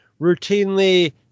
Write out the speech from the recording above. routinely